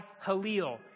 Halil